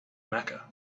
mecca